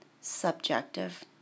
Subjective